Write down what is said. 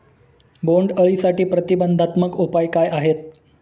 बोंडअळीसाठी प्रतिबंधात्मक उपाय काय आहेत?